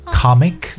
comic